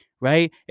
Right